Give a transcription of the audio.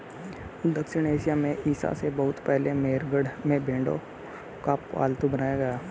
दक्षिण एशिया में ईसा से बहुत पहले मेहरगढ़ में भेंड़ों को पालतू बनाया गया